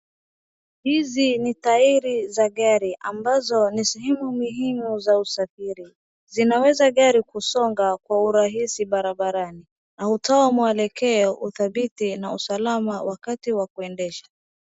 Hizi ni tairi za gari ambazo ni sehemu muhimu za usafiri. Zinawezesha gari kusonga kwa urahisi barabarani na hutoa mwelekeo, uthabiti na usalama wakati wa kuendesha